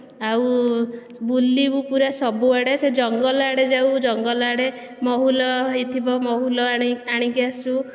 ଆଉ ବୁଲିବୁ ପୂରା ସବୁଆଡ଼େ ସେ ଜଙ୍ଗଲ ଆଡ଼େ ଯାଉ ଜଙ୍ଗଲ ଆଡ଼େ ମହୁଲ ହୋଇଥିବ ମହୁଲ ଆଣିକି ଆସୁ